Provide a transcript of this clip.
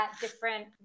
different